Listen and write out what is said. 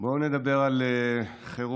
בואו נדבר על חירום,